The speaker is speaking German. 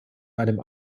einem